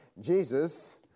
Jesus